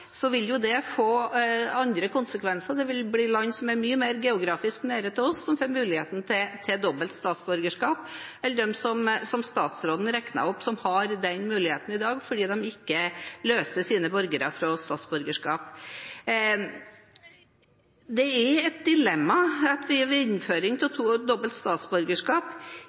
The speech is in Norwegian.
det få andre konsekvenser. Det vil bli land som er mye nærmere oss geografisk som får muligheten til dobbelt statsborgerskap enn dem statsråden regnet opp, som har den muligheten i dag fordi de ikke løser sine borgere fra statsborgerskap. Det er et dilemma at vi ved innføring av dobbelt statsborgerskap